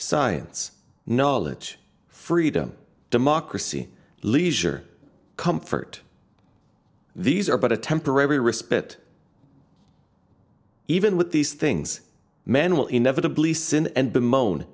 science knowledge freedom democracy leisure comfort these are but a temporary respite even with these things men will inevitably sin and bemoan